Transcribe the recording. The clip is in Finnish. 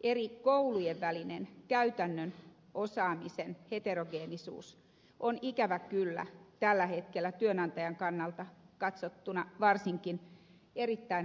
eri koulujen välinen käytännön osaamisen heterogeenisuus on ikävä kyllä tällä hetkellä varsinkin työnantajan kannalta katsottuna erittäin hankalaa